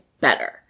better